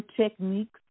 techniques